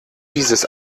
dieses